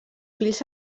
fills